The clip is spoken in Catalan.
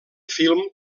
film